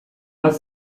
bat